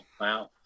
wow